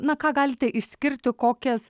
na ką galite išskirti kokias